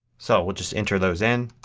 so we'll just enter those in